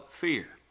fear